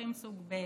ואזרחים סוג ב'